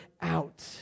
out